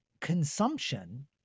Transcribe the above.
consumption